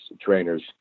trainers